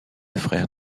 frère